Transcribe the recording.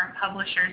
publishers